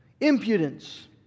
impudence